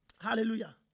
Hallelujah